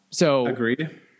agreed